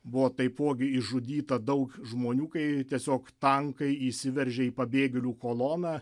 buvo taipogi išžudyta daug žmonių kai tiesiog tankai įsiveržė į pabėgėlių koloną